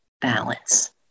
balance